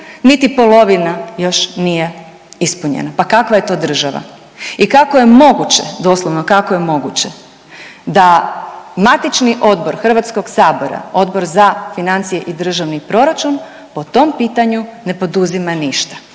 niti polovina još nije ispunjena. Pa kakva je to država i kako je moguće, doslovno kako je moguće, da matično odbor HS-a, Odbor za financije i državni proračun po tom pitanju ne poduzima ništa.